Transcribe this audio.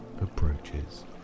approaches